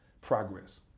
progress